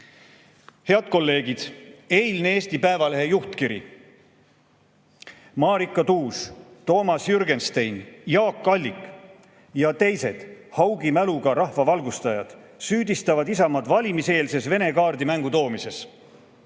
Head kolleegid! Eilne Eesti Päevalehe juhtkiri: Marika Tuus, Toomas Jürgenstein, Jaak Allik ja teised haugi mäluga rahvavalgustajad süüdistavad Isamaad valimiseelses vene kaardi mängutoomises.